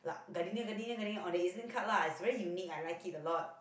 like Gardenia Gardenia Gardenia on the EZ card lah it's very unique I like it a lot